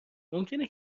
ممکنه